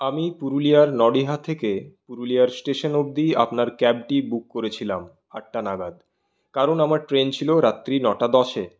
আমি পুরুলিয়ার নডিহা থেকে পুরুলিয়ার স্টেশন অবধি আপনার ক্যাবটি বুক করেছিলাম আটটা নাগাদ কারণ আমার ট্রেন ছিল রাত্রি নটা দশে